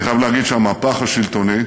אני חייב להגיד שהמהפך השלטוני,